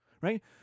right